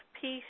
peace